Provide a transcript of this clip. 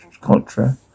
culture